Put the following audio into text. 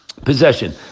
possession